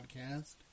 podcast